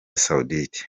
saoudite